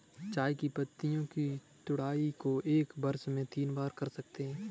चाय की पत्तियों की तुड़ाई को एक वर्ष में तीन बार कर सकते है